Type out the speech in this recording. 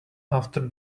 after